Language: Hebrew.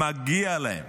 מגיע להם